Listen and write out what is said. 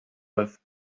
with